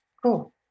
Cool